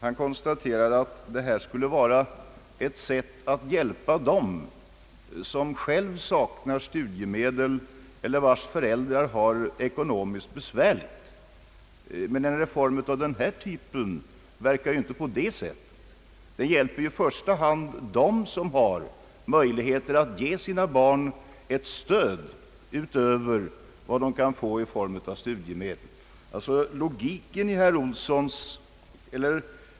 Han påstod att den föreslagna avdragsrätten skulle vara ett sätt att hjälpa dem som själva saknar studiemedel eller vilkas föräldrar har det ekonomiskt besvärligt. Men en reform av denna typ verkar inte på det sättet. Den hjälper i första hand dem som har möjligheter att ge sina barn ett stöd utöver vad de kan få i form av studiemedel.